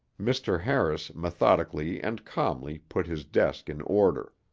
mr. harris methodically and calmly put his desk in order.